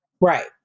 Right